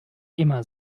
immer